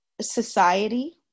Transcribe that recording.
society